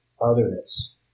otherness